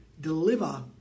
deliver